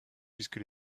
puisque